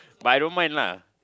but I don't mind lah